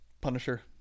Punisher